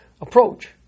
approach